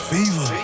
Fever